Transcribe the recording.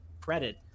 credit